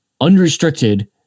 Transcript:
unrestricted